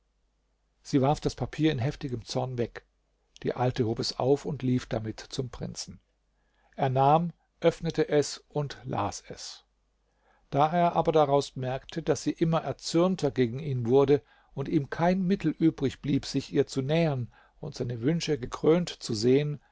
sie warf das papier in heftigem zorn weg die alte hob es auf und lief damit zum prinzen er nahm öffnete es und las es da er aber daraus merkte daß sie immer erzürnter gegen ihn wurde und ihm kein mittel übrig blieb sich ihr zu nähern und seine wünsche gekrönt zu sehen